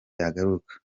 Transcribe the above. yagaruka